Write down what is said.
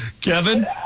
Kevin